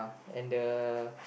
and the